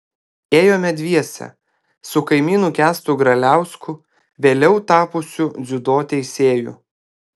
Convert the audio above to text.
ėjome dviese su kaimynu kęstu graliausku vėliau tapusiu dziudo teisėju